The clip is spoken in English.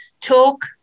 talk